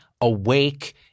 awake